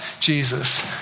Jesus